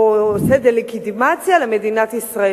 עושה דה-לגיטימציה למדינת ישראל.